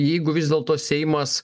jeigu vis dėlto seimas